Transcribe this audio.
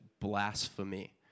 blasphemy